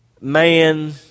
man